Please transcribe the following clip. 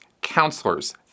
counselors